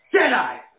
Jedi